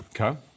okay